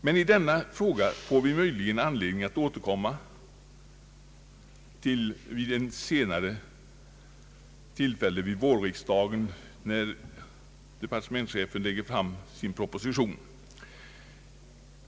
Men i denna fråga får vi möjligen anledning att åter komma vid vårriksdagen när departementschefen lägger fram sin proposition.